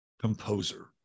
composer